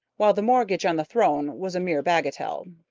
while the mortgage on the throne was a mere bagatelle.